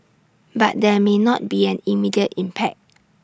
but there may not be an immediate impact